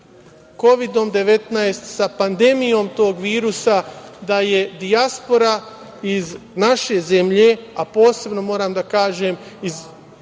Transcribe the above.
19, sa pandemijom tog virusa, da je dijaspora iz naše zemlje, a posebno moram da kažem iz